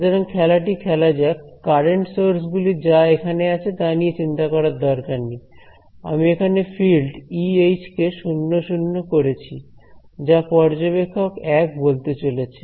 সুতরাং খেলাটি খেলা যাক কারেন্ট সোর্স গুলি যা এখানে আছে তা নিয়ে চিন্তা করার দরকার নেই আমি এখানে ফিল্ড E H কে 00 করছি যা পর্যবেক্ষক 1 বলতে চলেছে